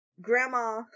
grandma